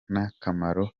n’akamaro